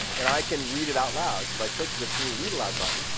and i can read it out loud. so if i click this new read aloud button